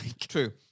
True